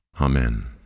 Amen